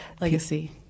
Legacy